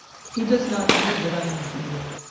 he does not know that i am here.